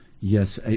Yes